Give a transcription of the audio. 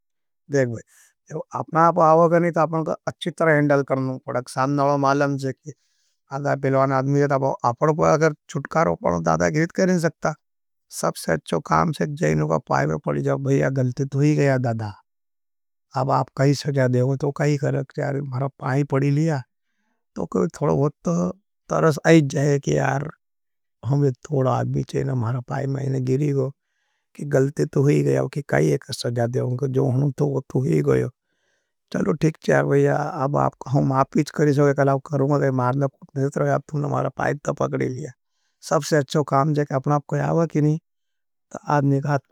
अपना आप आवगनी तो अपने को अच्छी तर हेंडल करने हना पड़ा। कसान नवल मालन से कि आदा पिलवान आदमी है। तो अपने को अगर छुटकार हो पड़ा, दादा गिरित करने सकता, सबसे अच्छो काम से जैने को पाय में पड़ी जाओ। आप काई सजा देवों तो काई करक्चार है, मारा पाई पड़ी लिया, तो कोई थोड़ो बहुत तरस आई जाये कि यार हमें थोड़ा आदमी चेन मारा पाई मैंने गिरी गो। कि गलती तो ही गया, कि काई एक सजा देवों, कि जो हूँ तो तो ही गयो, चलो ठीक चार भाईया। अब हम आपीच करें सोगे, कला आप करूंगे, मारा पाई तो पड़ी लिया, सबसे अच्छो काम जाये, अपना आप कोई आवा की नहीं, तो आदमी घात पड़ी लिया।